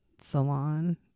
salon